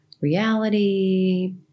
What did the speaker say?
reality